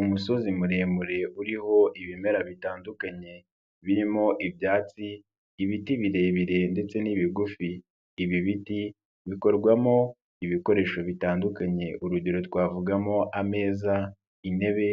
Umusozi muremure uriho ibimera bitandukanye, birimo ibyatsi, ibiti birebire ndetse n'ibigufi, ibi biti bikorwamo ibikoresho bitandukanye, urugero twavugamo ameza, intebe,